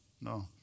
no